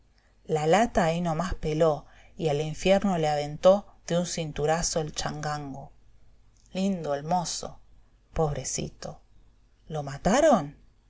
la lata ahí no más peló y al infierno le aventó de un cinturazo el changango lindo el mozo i pobrecito jlo mataron